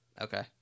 Okay